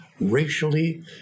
racially